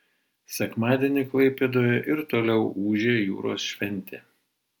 sekmadienį klaipėdoje ir toliau ūžė jūros šventė